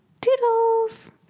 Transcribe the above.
Toodles